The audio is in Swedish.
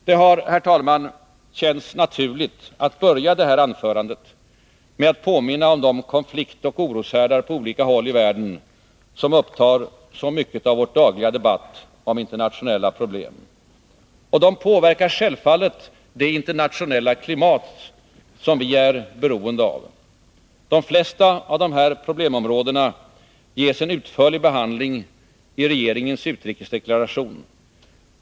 Det har, herr talman, känts naturligt att börja detta anförande med att påminna om de konfliktoch oroshärdar på olika håll i världen som upptar så mycket av vår dagliga debatt om internationella problem. De påverkar självfallet det internationella klimat som vi är beroende av. De flesta av dessa problemområden ges en utförlig behandling i regeringens utrikesdeklaration.